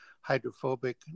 hydrophobic